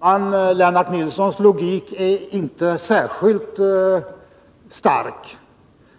Herr talman! Lennart Nilssons logik är inte särskilt stark.